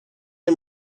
این